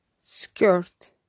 Skirt